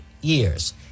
years